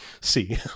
see